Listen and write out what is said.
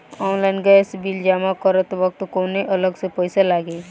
Online gas bill जमा करत वक्त कौने अलग से पईसा लागी?